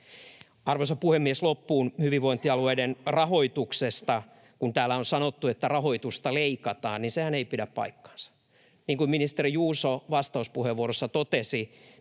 Arvoisa puhemies! Loppuun hyvinvointialueiden rahoituksesta: Kun täällä on sanottu, että rahoitusta leikataan, niin sehän ei pidä paikkansa. Niin kuin ministeri Juuso vastauspuheenvuorossaan totesi,